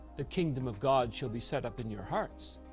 the kingdom of god shall be set up in your hearts.